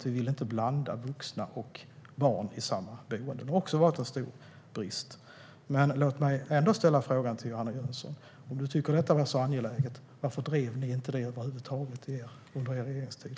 Vi vill inte blanda vuxna och barn i samma boende. Det har också varit en stor brist. Låt mig ändå ställa frågan till Johanna Jönsson: Om ni tycker att denna fråga är så angelägen, varför drev ni inte frågan under er regeringstid?